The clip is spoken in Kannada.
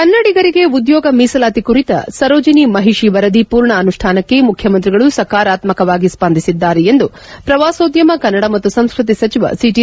ಕನ್ನಡಿಗರಿಗೆ ಉದ್ಲೋಗ ಮೀಸಲಾತಿ ಕುರಿತ ಸರೋಜಿನಿ ಮಹಿಷಿ ವರದಿ ಪೂರ್ಣ ಅನುಷ್ಣಾನಕ್ಕೆ ಮುಖ್ಯಮಂತ್ರಿಗಳು ಸಕಾರಾತ್ಮಕವಾಗಿ ಸ್ವಂದಿಸಿದ್ದಾರೆ ಎಂದು ಪ್ರವಾಸೋದ್ಯಮ ಕನ್ನಡ ಮತ್ತು ಸಂಸ್ಕತಿ ಸಚಿವ ಒಟಿ